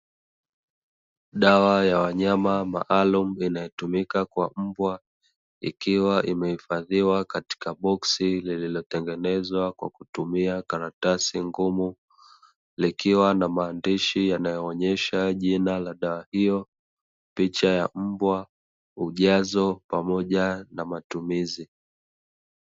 Dawa ya wanyama maalumu inayotumika kwa mbwa, ikiwa imehifadhiwa katika boksi lililotengenezwa kwa kutumia karatasi ngumu likiwa na maandishi yanayoonyesha jina la dawa hiyo, picha mbwa, ujazo pamoja na matumizi.